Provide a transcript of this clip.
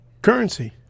Currency